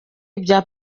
ibya